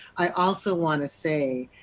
i also want to say,